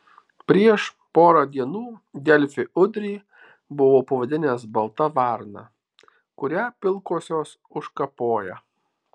prieš porą dienų delfi udrį buvau pavadinęs balta varna kurią pilkosios užkapoja